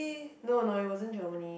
no no it wasn't Germany